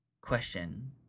question